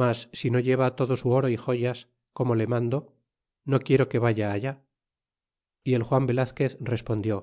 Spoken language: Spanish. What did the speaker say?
mas si no lleva todo su oro y joyas como le mando no quiero que vaya allá y el juan velazquez respondió